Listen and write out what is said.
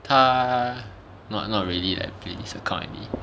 他 not not really like play this kind of game